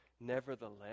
nevertheless